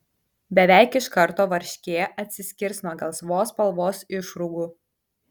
beveik iš karto varškė atsiskirs nuo gelsvos spalvos išrūgų